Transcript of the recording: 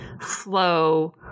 flow